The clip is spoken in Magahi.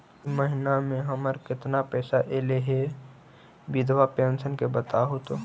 इ महिना मे हमर केतना पैसा ऐले हे बिधबा पेंसन के बताहु तो?